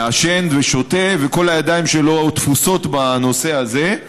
מעשן ושותה וכל הידיים שלו תפוסות בנושא הזה.